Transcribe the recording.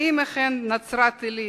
האם אכן נצרת-עילית